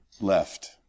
left